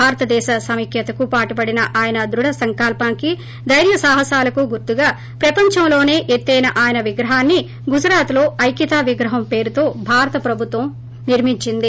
భారతదేశ సమైక్యతకు పాటుపడిన ఆయన ధృడసంకల్పానికి దైర్యసాహసాలకు గుర్తుగా ప్రపంచంలోనే ఎత్తిన ఆయన విగ్రహాన్ని గుజరాత్ లో ఐక్యతా విగ్రహం పేరుతో భారత ప్రభుత్వం నిర్మించింది